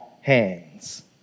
hands